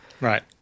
Right